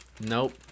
Nope